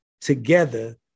together